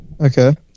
Okay